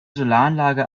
solaranlage